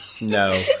No